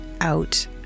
out